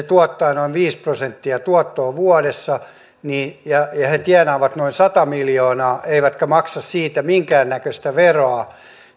tuottaa noin viisi prosenttia tuottoa vuodessa ja ja he tienaavat noin sata miljoonaa eivätkä maksa siitä minkäännäköistä veroa